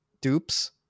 dupes